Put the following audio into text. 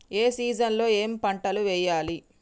ఏ season లో ఏం పంటలు వెయ్యాలి?